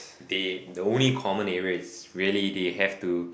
they the only common area is really they have to